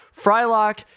Frylock